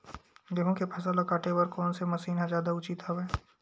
गेहूं के फसल ल काटे बर कोन से मशीन ह जादा उचित हवय?